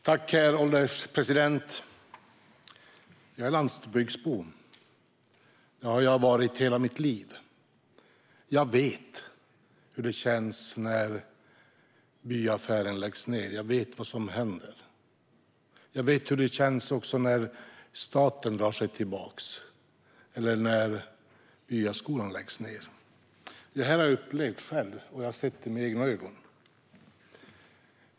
Herr ålderspresident! Jag är landsbygdsbo. Det har jag varit i hela mitt liv. Jag vet hur det känns när byaffären läggs ned. Jag vet vad som händer. Jag vet hur det känns när staten drar sig tillbaka eller när byskolan läggs ned. Detta har jag upplevt själv. Jag har sett det med egna ögon.